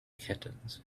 kittens